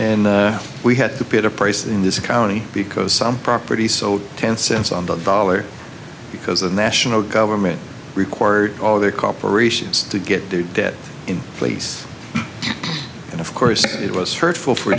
and we had to put a price in this county because some property sold ten cents on the dollar because the national government required all their corporations to get their debt in place and of course it was hurtful for